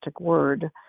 word